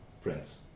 friends